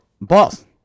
Boss